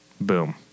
boom